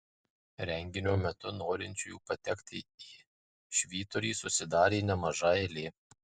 renginio metu norinčiųjų patekti į švyturį susidarė nemaža eilė